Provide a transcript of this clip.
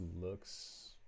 looks